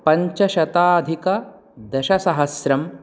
पञ्चशताधिकदशसहस्रं